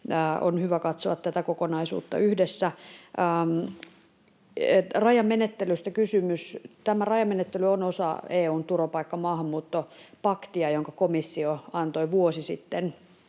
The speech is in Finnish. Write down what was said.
On hyvä katsoa tätä kokonaisuutta yhdessä. Kysymys rajamenettelystä: Tämä rajamenettely on osa EU:n turvapaikka- ja maahanmuuttopaktia, jonka komissio antoi vuosi sitten